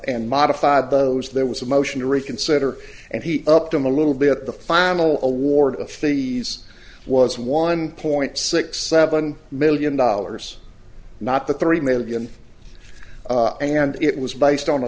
and modified those there was a motion to reconsider and he upped them a little bit the final award of the was one point six seven million dollars not the three million and it was based on a